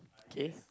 K